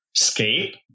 escape